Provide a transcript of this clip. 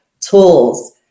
tools